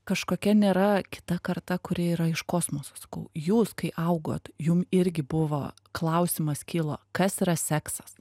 kažkokia nėra kita karta kuri yra iš kosmoso sakau jūs kai augot jum irgi buvo klausimas kilo kas yra seksas